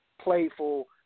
playful